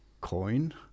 coin